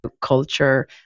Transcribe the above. culture